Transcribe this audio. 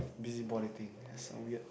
busybody thing is so weird